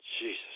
Jesus